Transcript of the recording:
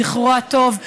זכרו הטוב,